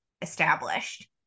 Established